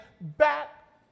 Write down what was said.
back